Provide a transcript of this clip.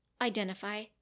identify